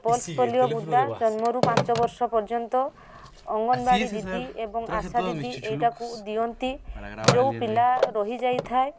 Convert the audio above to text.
pulse polio ବୁନ୍ଦା ଜନ୍ମରୁ ପାଞ୍ଚ ବର୍ଷ ପର୍ଯ୍ୟନ୍ତ ଅଙ୍ଗନବାଡ଼ି ଦିଦି ଏବଂ ଆଶା ଦିଦି ଏଇଟାକୁ ଦିଅନ୍ତି ଯେଉଁ ପିଲା ରହିଯାଇଥାଏ